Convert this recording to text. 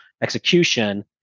execution